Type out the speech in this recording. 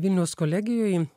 vilniaus kolegijoj